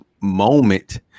moment